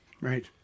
right